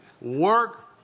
work